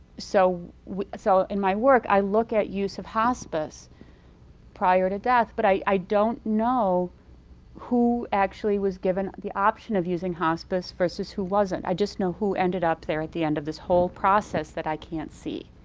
so so in my work i look at use of hospice prior to death but i don't know who actually was given the option of using hospice versus who wasn't. i just know who ended up there at the end of this whole process that i can't see.